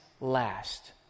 last